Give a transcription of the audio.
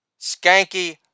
Skanky